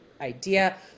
idea